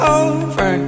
over